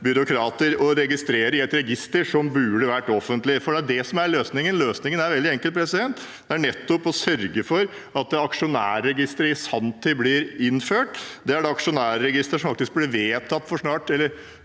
byråkrater og registrere i et register som burde vært offentlig. For det er løsningen. Løsningen er veldig enkel – det er nettopp å sørge for at et aksjonærregister i sanntid blir innført. Det er det aksjonærregisteret som faktisk ble vedtatt – eller